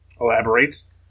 elaborates